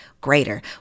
greater